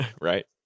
Right